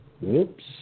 whoops